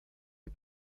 die